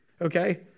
okay